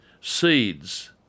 seeds